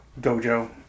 dojo